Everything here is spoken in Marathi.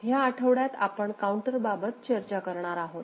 ह्या आठवड्यात आपण काउंटर बाबत चर्चा करणार आहोत